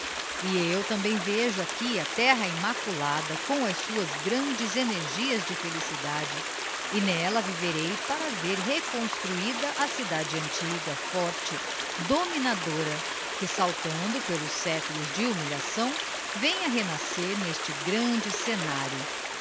e eu também vejo aqui a terra immaculada com as suas grandes energias de felicidade e n'ella viverei para vêr reconstruída a cidade antiga forte dominadora que saltando pelos séculos de humilhação venha renascer n'este grande scenario